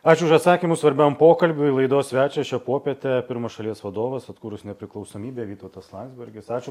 ačiū už atsakymus svarbiam pokalbiui laidos svečias šią popietę pirmas šalies vadovas atkūrus nepriklausomybę vytautas landsbergis ačiū